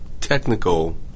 technical